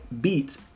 beat